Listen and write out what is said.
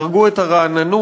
יהרגו את הרעננות,